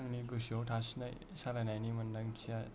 आंनि गोसोआव थासिननाय सालायनायनि मोनदांथिया